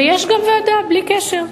ויש גם ועדה, בלי קשר.